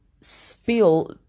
spill